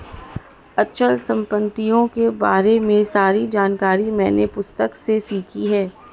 अचल संपत्तियों के बारे में सारी जानकारी मैंने पुस्तक से सीखी है